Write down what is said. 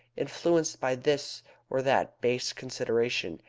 influenced by this or that base consideration.